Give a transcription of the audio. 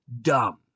dumb